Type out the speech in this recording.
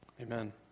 Amen